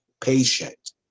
patient